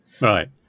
Right